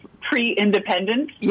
pre-independent